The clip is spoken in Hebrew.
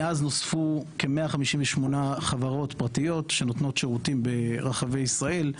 מאז נוספו כ-185 חברות פרטיות שנותנות שירותים ברחבי ישראל.